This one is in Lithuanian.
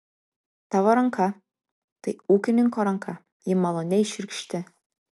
tavo ranka tai ūkininko ranka ji maloniai šiurkšti